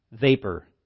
vapor